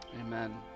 amen